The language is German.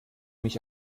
mich